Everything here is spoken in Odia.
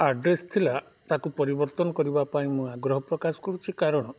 ଆଡ୍ରେସ୍ ଥିଲା ତାକୁ ପରିବର୍ତ୍ତନ କରିବା ପାଇଁ ମୁଁ ଆଗ୍ରହ ପ୍ରକାଶ କରୁଛି କାରଣ